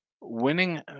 winning